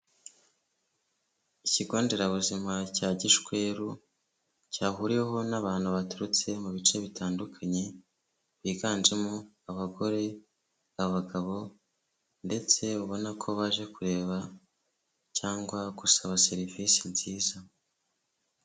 Ikigo nderabuzima cya Gishweru cyahuriweho n'abantu baturutse mu bice bitandukanye biganjemo abagore, abagabo ndetse ubona ko baje kureba cyangwa gusaba serivisi nziza.